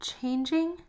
changing